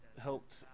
helped